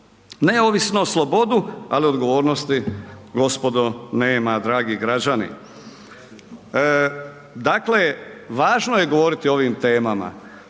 neovisnost, slobodu, ali odgovornosti gospodo nema, dragi građani. Dakle, važno je govoriti o ovim temama,